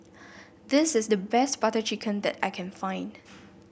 this is the best Butter Chicken that I can find